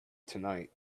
tonight